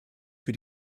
für